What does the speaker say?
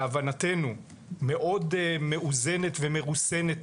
להבנתנו בצורה מאוד מאוזנת ומרוסנת,